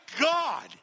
God